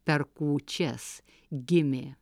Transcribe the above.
per kūčias gimė